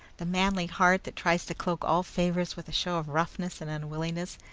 the manly heart that tries to cloak all favours with a show of roughness and unwillingness,